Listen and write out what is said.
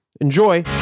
Enjoy